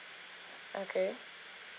okay